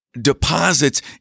deposits